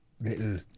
little